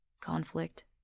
conflict